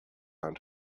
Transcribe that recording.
pound